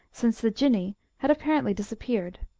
since the jinnee had apparently disappeared.